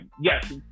Yes